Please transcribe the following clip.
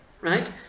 Right